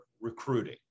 recruiting